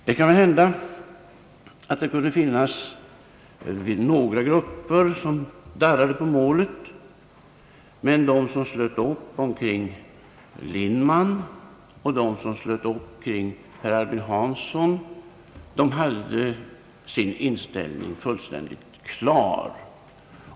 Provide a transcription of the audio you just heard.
Det kan väl hända att det fanns några grupper som darrade på målet, men de som slöt upp kring Lindman och de som slöt upp kring Per Albin Hansson hade sin inställning fullständigt klar.